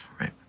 Right